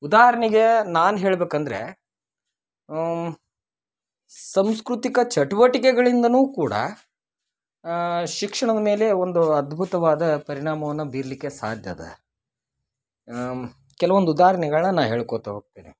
ಉದಾಹರಣೆಗೆ ನಾನು ಹೇಳ್ಬೇಕಂದರೆ ಸಾಂಸ್ಕೃತಿಕ ಚಟುವಟಿಕೆಗಳಿಂದನು ಕೂಡ ಶಿಕ್ಷಣದ ಮೇಲೆ ಒಂದು ಅದ್ಭುತವಾದ ಪರಿಣಾಮವನ್ನ ಬೀರ್ಲಿಕೆ ಸಾಧ್ಯ ಅದ ಕೆಲ್ವೊಂದು ಉದಾಹರಣೆಗಳನ್ನ ನಾ ಹೇಳ್ಕೊತಾ ಹೋಗ್ತೇನೆ